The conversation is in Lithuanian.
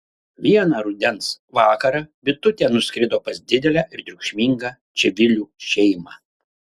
vieną rudens vakarą bitutė nuskrido pas didelę ir triukšmingą čivilių šeimą